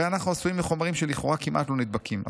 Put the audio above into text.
הרי אנחנו עשויים מחומרים שלכאורה כמעט לא נדבקים,